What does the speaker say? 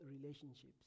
relationships